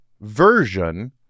version